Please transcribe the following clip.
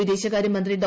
വിദേശകാര്യമന്ത്രി ഡോ